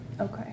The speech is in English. Okay